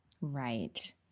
Right